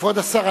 כבוד השר,